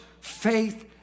faith